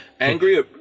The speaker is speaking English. angry